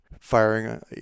firing